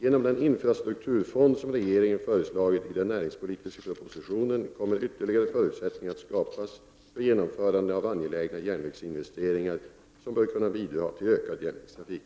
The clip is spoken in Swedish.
Genom den infrastrukturfond som regeringen föreslagit i den näringspolitiska propositionen kommer ytterligare förutsättningar att skapas för genomförande av angelägna järnvägsinvesteringar som bör kunna bidra till ökad järnvägstrafik.